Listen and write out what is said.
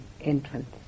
entrance